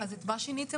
אז את מה שיניתם?